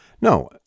No